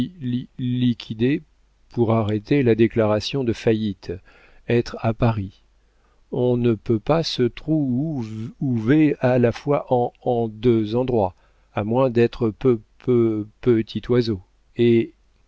liquider pour arrêter la déclaration de faillite être à paris on ne peut pas se trooou ouver à la fois en en en deux endroits à moins d'être pe pe pe petit oiseau et